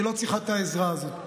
היא לא צריכה את העזרה הזאת.